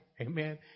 Amen